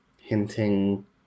hinting